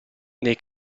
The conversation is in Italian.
nei